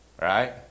Right